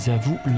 vous